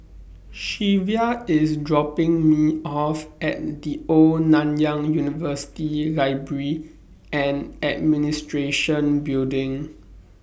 Shea IS dropping Me off At The Old Nanyang University Library and Administration Building